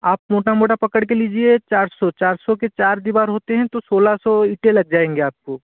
आप मोटा मोटा पकड़ के लीजिए चार सौ चार सौ के चार दीवार होते हैं तो सोलह सौ ईंटे लग जाएंगे आपको